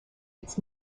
its